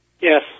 Yes